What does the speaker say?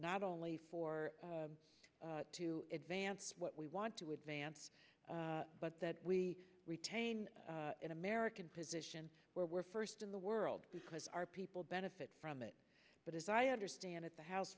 not only for to advance what we want to advance but that we retain an american position where we're first in the world because our people benefit from it but as i understand it the house